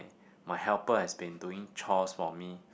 my helper has been doing chores for me